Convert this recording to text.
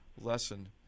lesson